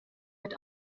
wird